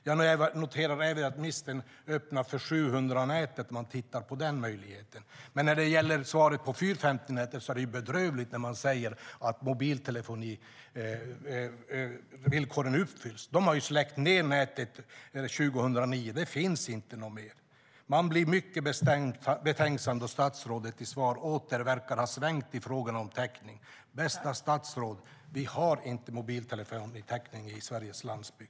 Jag noterar att ministern även öppnar för att titta på möjligheten med 700-nätet. Men när det gäller svaret på frågan om 450-nätet är det bedrövligt när man säger att mobiltelefonivillkoren uppfylls. Nätet har släckts ned 2009; det finns inte mer. Man blir mycket betänksam då statsrådet enligt svaret åter verkar ha svängt i frågan om täckning. Bästa statsråd! Vi har inte mobiltelefonitäckning på Sveriges landsbygd.